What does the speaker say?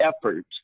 effort